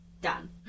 Done